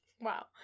Wow